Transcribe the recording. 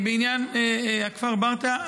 בעניין הכפר ברטעה,